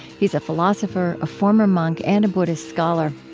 he's a philosopher, a former monk, and buddhist scholar.